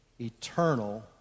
eternal